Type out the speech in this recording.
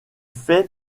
fait